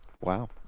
wow